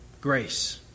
Grace